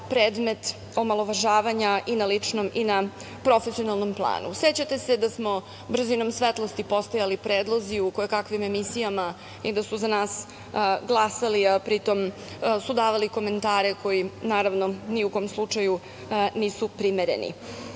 predmet omalovažavanja i na ličnom i na profesionalnom planu.Sećate se da smo brzinom svetlosti postojali predlozi u kojekakvim emisijama i da su za nas glasali, a pri tom su davali komentare koji naravno ni u kom slučaju nisu primereni. Oni,